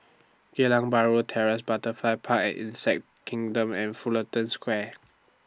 Geylang Bahru Terrace Butterfly Park and Insect Kingdom and Fullerton Square